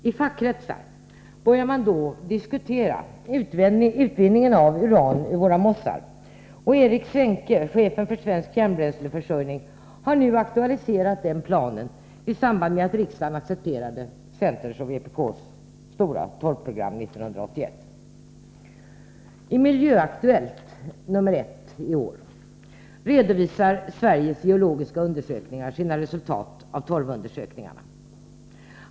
I fackkretsar började man då diskutera utvinningen av uran ur våra mossar. Erik Svenke, chefen för Svensk Kärnbränsleförsörjning, har aktualiserat planen i samband med att riksdagen accepterade centerns och vpk:s stora torvprogram 1981. I Miljöaktuellt nr 1 i år redovisar SGU sina resultat av torvundersökningarna.